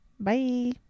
Bye